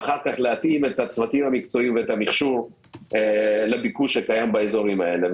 ואז להתאים את הצוותים המקצועיים ואת המכשור לביקוש שקיים באזורים האלה.